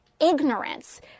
ignorance